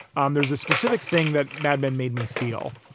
um there's a specific thing that mad men made me feel,